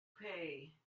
pay